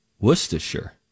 Worcestershire